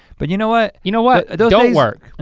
but you know what. you know what, don't don't work.